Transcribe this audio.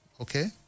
Okay